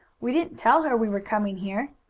we didn't tell her we were coming here.